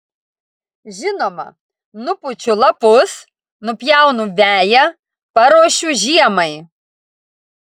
žinoma nupučiu lapus nupjaunu veją paruošiu žiemai